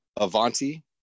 Avanti